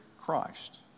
Christ